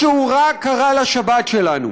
משהו רע קרה לשבת שלנו.